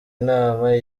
inama